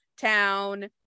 town